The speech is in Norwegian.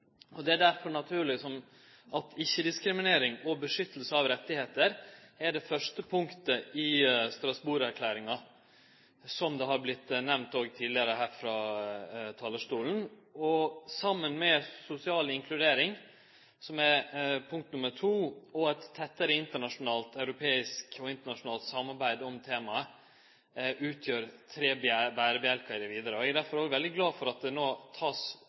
er det naturleg at ikkje-diskriminering og vern av rettar er det første punktet i Strasbourg-erklæringa, som også har vore nemnt tidlegare frå talarstolen. Saman med sosial inkludering, som er punkt nr. 2, og eit tettare europeisk og internasjonalt samarbeid om temaet utgjer dette tre berebjelkar. Eg er derfor veldig glad for at ein no tek større tak i dette, at det